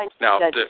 now